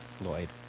Lloyd